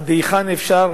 עד היכן אפשר